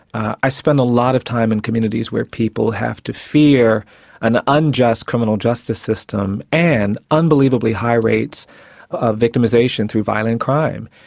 i spend a lot of time in communities where people have to fear an unjust criminal justice system and unbelievably high rates of victimisation through violent crime,